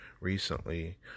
recently